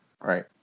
Right